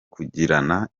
kugirana